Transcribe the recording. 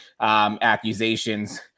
accusations